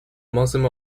muslim